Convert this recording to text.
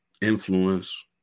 influence